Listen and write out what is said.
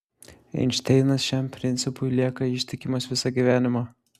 einšteinas šiam principui lieka ištikimas visą gyvenimą